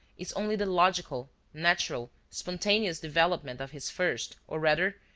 is only the logical, natural, spontaneous development of his first, or rather,